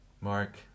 Mark